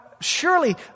Surely